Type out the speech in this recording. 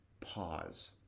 Pause